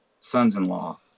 sons-in-law